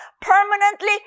permanently